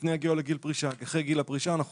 לפני הגיעו לגיל פרישה כי אחרי גיל הפרישה אנחנו